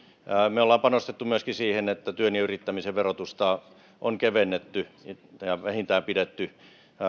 me olemme panostaneet myöskin siihen että työn ja yrittämisen verotusta on kevennetty ja vähintään pidetty